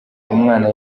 umwana